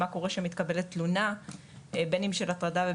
מה קורה כשמתקבלת תלונה בין אם זו תלונה על הטרדה מינית